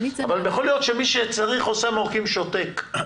אז יכול להיות שמי שצריך חוסם עורקים - שותק.